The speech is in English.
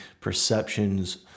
perception's